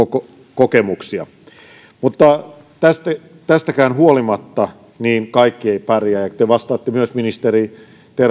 kokemuksia mutta tästäkään huolimatta kaikki eivät pärjää te vastaatte myös ministeri